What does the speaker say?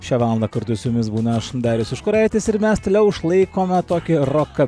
šią valandą kartu su jumis būna aš darius užkuraitis ir mes toliau išlaikome tokį roką